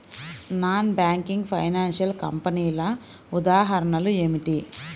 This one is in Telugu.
నాన్ బ్యాంకింగ్ ఫైనాన్షియల్ కంపెనీల ఉదాహరణలు ఏమిటి?